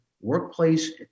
workplace